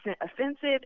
offensive